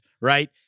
right